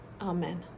Amen